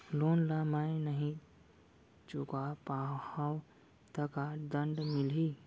Loan ला मैं नही चुका पाहव त का दण्ड मिलही?